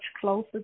closer